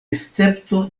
escepto